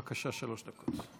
בבקשה, שלוש דקות.